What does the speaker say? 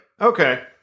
Okay